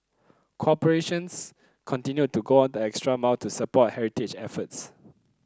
corporations continued to go the extra mile to support heritage efforts